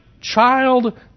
child